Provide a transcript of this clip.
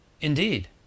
Indeed